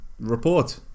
report